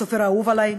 הסופר האהוב עלי,